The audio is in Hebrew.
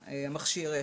המכשיר,